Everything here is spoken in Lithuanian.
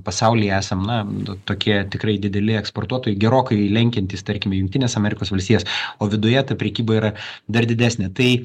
pasauly esam na tokie tikrai dideli eksportuotojai gerokai lenkiantys tarkime jungtines amerikos valstijas o viduje ta prekyba yra dar didesnė tai